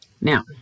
Now